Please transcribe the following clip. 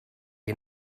and